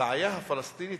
הבעיה הפלסטינית,